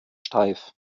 steif